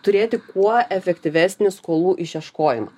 turėti kuo efektyvesnį skolų išieškojimą